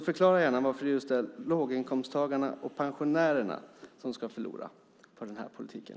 Förklara gärna varför det är just låginkomsttagarna och pensionärerna som ska förlora på den här politiken.